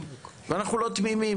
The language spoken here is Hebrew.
ואנחנו לא תמימים,